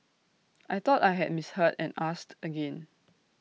I thought I had misheard and asked again